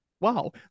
Wow